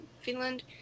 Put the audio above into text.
Finland